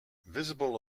visible